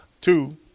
Two